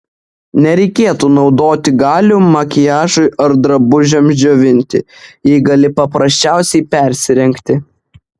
nereikėtų naudoti galių makiažui ar drabužiams džiovinti jei gali paprasčiausiai persirengti